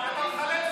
נו.